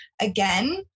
Again